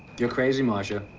you're crazy, marsha.